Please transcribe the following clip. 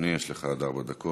בבקשה, אדוני, יש לך עד ארבע דקות.